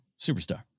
Superstar